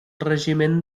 regiment